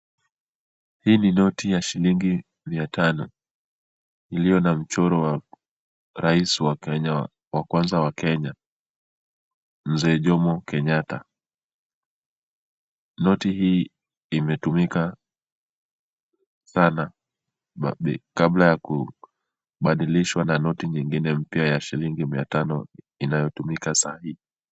Hii ni noti ya shilingi mia tano iliyo na mchoro wa rais wa kwanza wa Kenya mzee Jomo Kenyatta. Noti hii imetumika sana kabla ya kubadilishwa na noti nyingine mpya ya shilingi mia tano inayotumika sai.